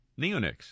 neonics